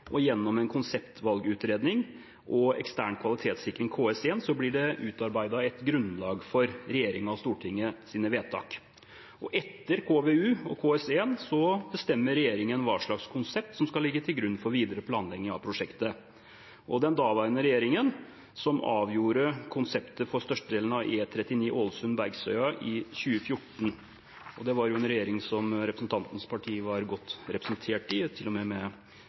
og gjennom en konseptvalgutredning og ekstern kvalitetssikring, KS1, blir det utarbeidet et grunnlag for regjeringen og Stortingets vedtak. Etter KVU og KS1 bestemmer regjeringen hva slags konsept som skal ligge til grunn for videre planlegging av prosjektet. Det var den forrige regjeringen som avgjorde konseptet for størstedelen av E39 Ålesund–Bergsøya i 2014. Det var jo en regjering som representantens parti var godt representert i, til og med